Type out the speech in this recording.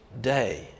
day